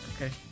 okay